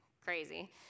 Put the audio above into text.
crazy